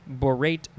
borate